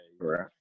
right